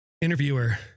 Interviewer